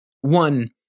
One